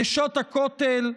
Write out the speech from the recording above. נשות הכותל,